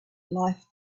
life